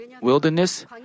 wilderness